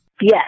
Yes